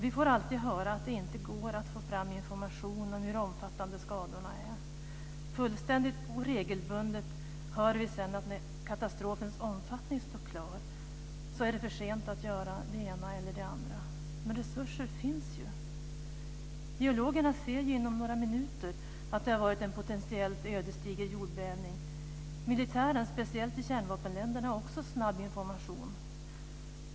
Vi får alltid höra att det inte går att få fram information om hur omfattande skadorna är. Fullständigt oregelbundet hör vi sedan, när katastrofens omfattning står klar, att det är för sent att göra det ena eller det andra. Men resurser finns ju. Geologerna ser ju inom några minuter om det har varit en potentiell ödesdiger jordbävning. Militären, speciellt i kärnvapenländerna, har också tillgång till snabb information.